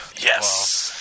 Yes